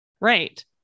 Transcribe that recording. Right